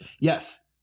Yes